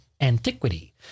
Antiquity